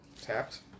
tapped